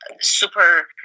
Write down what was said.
super